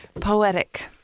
poetic